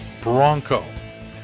Bronco